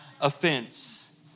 offense